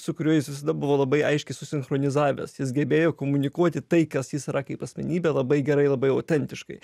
su kuriuo jis visada buvo labai aiškiai susinchronizavimas jis gebėjo komunikuoti tai kas jis yra kaip asmenybė labai gerai labai autentiškai